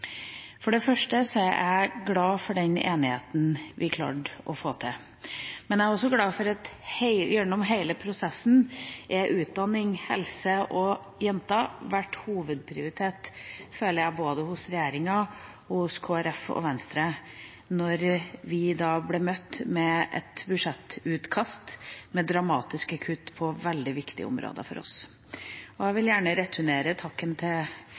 For det første er jeg glad for den enigheten vi klarte å få til. Men jeg er også glad for at utdanning, helse og jenter har hatt hovedprioritet gjennom hele prosessen, både hos regjeringa og hos Kristelig Folkeparti og Venstre – når vi ble møtt med et budsjettutkast med dramatiske kutt på veldig viktige områder for oss. Jeg vil gjerne returnere takken til